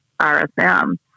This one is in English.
RSM